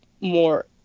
more